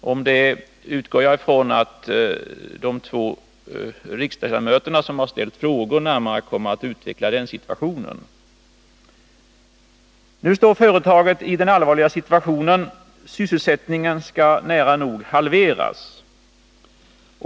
Jag utgår från att de två riksdagsledamöter som har ställt frågor om sysselsättningen vid Luxor närmare kommer att utveckla detta. Nu befinner sig alltså företaget i denna allvarliga situation. Sysselsättningen skall nära nog halveras.